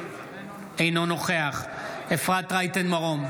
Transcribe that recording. אינו נוכח אפרת רייטן מרום,